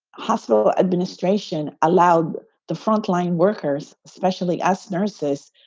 hospital administration allowed the frontline workers, especially as nurses,